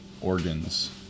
organs